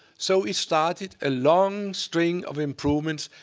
so it started a long string of improvements.